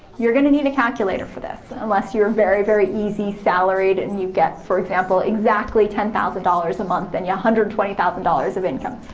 you're gonna need a calculator for this unless you're very very easy salaried, and you get for example, exactly ten thousand dollars a month and yeah a hundred twenty thousand dollars of income.